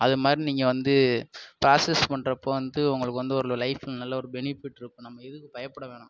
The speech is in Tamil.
அது மாதிரி நீங்கள் வந்து பிராசஸ் பண்ணுறப்போ வந்து உங்களுக்கு வந்து ஒரு லைஃப் நல்ல ஒரு பெனிஃபிட்டிருக்கும் நம்ம எதுக்கும் பயப்பட வேணாம்